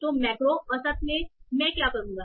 तो मैक्रो औसत मैं क्या करूँगा